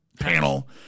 panel